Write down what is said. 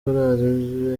korali